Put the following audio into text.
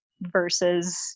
versus